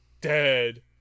dead